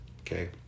okay